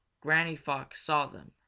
granny fox saw them.